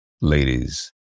Ladies